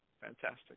Fantastic